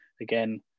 again